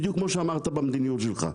בדיוק כמו שאמרת במדיניות שלך.